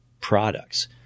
products